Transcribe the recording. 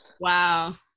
Wow